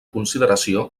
consideració